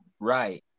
Right